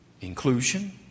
inclusion